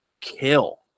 kill